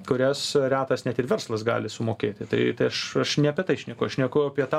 kurias retas net ir verslas gali sumokėti tai tai aš aš ne apie tai šneku aš šneku apie tą